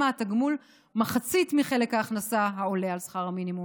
מהתגמול מחצית מחלק ההכנסה העולה על שכר מינימום.